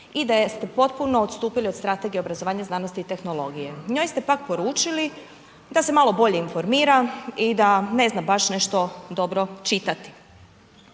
i da ste potpuno odstupili od strategije, obrazovanja znanosti i tehnologije. Njoj ste pak poručili, da se malo bolje informira i da ne zna baš nešto dobro čitati.